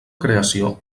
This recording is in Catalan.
creació